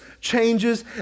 changes